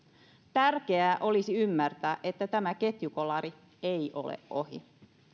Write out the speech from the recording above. tärkeää olisi ymmärtää että tämä ketjukolari ei ole ohi